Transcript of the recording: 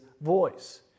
voice